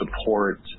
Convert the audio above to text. support